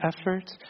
effort